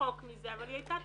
רחוק מזה, אבל היא הייתה תוכנית.